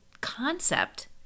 concept